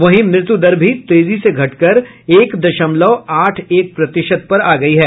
वहीं मृत्यु दर भी तेजी से घटकर एक दशमलव आठ एक प्रतिशत पर आ गई है